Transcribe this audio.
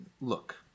Look